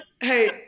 hey